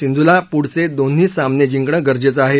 सिंधूला पृढचे दोन्ही सामने जिंकणं गरजेचं आहे